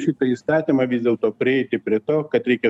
šitą įstatymą vis dėlto prieiti prie to kad reikia